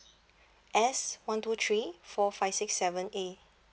S one two three four five six seven A